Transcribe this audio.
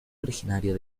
originario